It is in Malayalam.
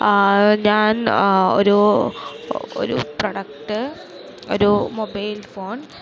ഞാൻ ഒരു പ്രൊഡക്റ്റ് ഒരു മൊബൈൽ ഫോൺ